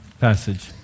passage